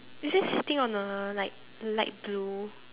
is it sitting on a like light blue